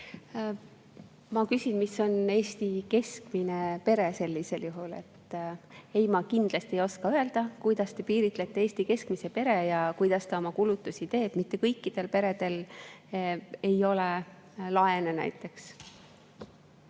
ma küsin, mis on Eesti keskmine pere. Ma kindlasti ei oska öelda, kuidas te piiritlete Eesti keskmist peret ja kuidas ta oma kulutusi teeb. Mitte kõikidel peredel ei ole näiteks